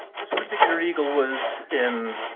this particular eagle was in